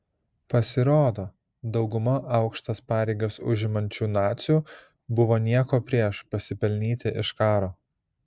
pasirodo dauguma aukštas pareigas užimančių nacių buvo nieko prieš pasipelnyti iš karo